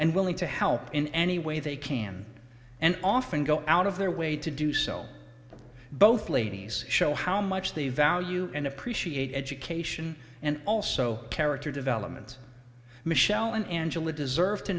and willing to help in any way they can and often go out of their way to do so both ladies show how much they value and appreciate education and also character development michelle and angela deserve to